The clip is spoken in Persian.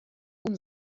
اون